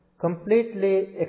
completely